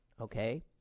okay